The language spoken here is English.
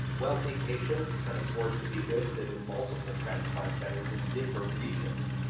wealthy patients can afford to be listed in multiple transplant centers in different regions,